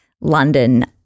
London